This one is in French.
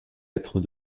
être